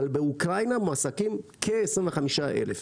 אבל באוקראינה מועסקים כ-25 אלף.